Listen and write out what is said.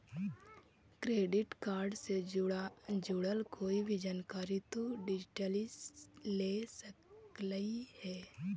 credit card से जुड़ल कोई भी जानकारी तु डिजिटली ले सकलहिं हे